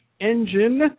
engine